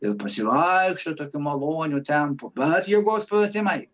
ir pasivaikščiot tokiu maloniu tempu bet jėgos pratimai